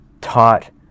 taught